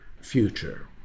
future